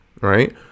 Right